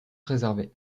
préservée